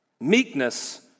Meekness